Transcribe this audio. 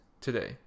today